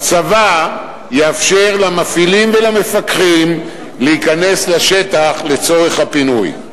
והצבא יאפשר למפעילים ולמפקחים להיכנס לשטח לצורך הפינוי.